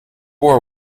war